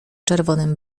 czerwonym